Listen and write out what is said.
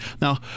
now